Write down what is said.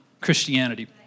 Christianity